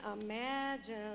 imagine